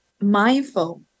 mindful